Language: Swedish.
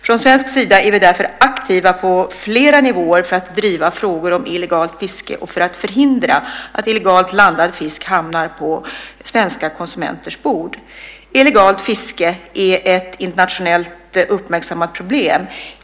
Från svensk sida är vi därför aktiva på flera nivåer för att driva frågor om illegalt fiske och för att förhindra att illegalt landad fisk hamnar på svenska konsumenters bord. Illegalt fiske är ett internationellt uppmärksammat problem.